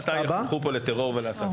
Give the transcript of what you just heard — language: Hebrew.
את שאלת עד מתי יחונכו פה לטרור והסתה.